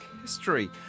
History